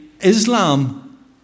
Islam